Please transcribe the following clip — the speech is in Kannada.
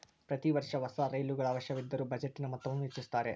ಪ್ರತಿ ವರ್ಷ ಹೊಸ ರೈಲುಗಳ ಅವಶ್ಯವಿದ್ದರ ಬಜೆಟಿನ ಮೊತ್ತವನ್ನು ಹೆಚ್ಚಿಸುತ್ತಾರೆ